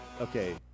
Okay